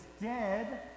dead